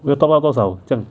!wah! 要 top up 多少这样